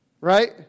Right